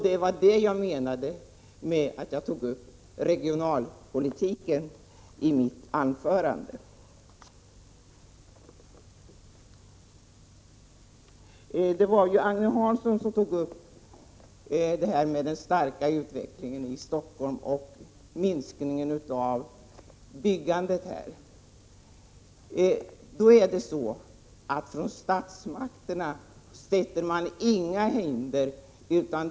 Det var det jag avsåg när jag i mitt huvudanförande talade om regionalpolitiken. Agne Hansson tog upp frågan om den starka utvecklingen i Stockholm och om minskningen i byggandet här. Men från statsmakternas sida sätter man inte upp några hinder.